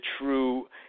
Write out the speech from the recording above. true